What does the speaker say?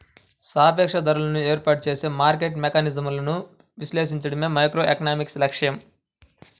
సాపేక్ష ధరలను ఏర్పాటు చేసే మార్కెట్ మెకానిజమ్లను విశ్లేషించడమే మైక్రోఎకనామిక్స్ లక్ష్యం